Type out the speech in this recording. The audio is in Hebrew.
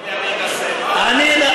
לא יכול להגיד לי: אני אנסה.